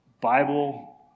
Bible